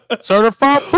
certified